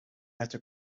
after